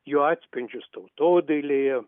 jo atspindžius tautodailėje